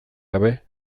gabe